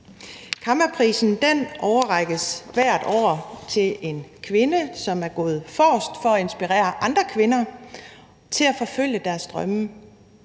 Kammaprisen overrækkes hvert år til en kvinde, som er gået forrest for at inspirere andre kvinder til at forfølge deres drømme.